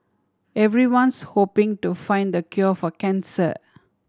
everyone's hoping to find the cure for cancer